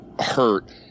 hurt